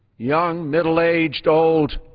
young, middle-aged, old,